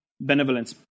benevolence